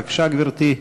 בבקשה, גברתי,